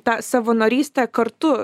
ta savanorystė kartu